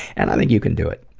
and i think you can do it.